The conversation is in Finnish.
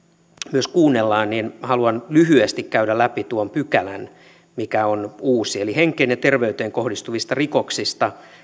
myös kuunnellaan niin haluan lyhyesti käydä läpi tuon pykälän mikä on uusi eli rikoslain kahdenkymmenenyhden luvun henkeen ja terveyteen kohdistuvista rikoksista